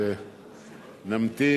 אז נמתין.